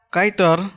Kaitor